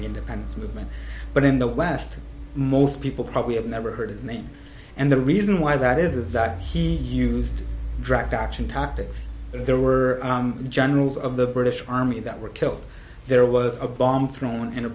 the independence movement but in the west most people probably have never heard his name and the reason why that is is that he used direct action tactics there were generals of the british army that were killed there was a bomb thrown in a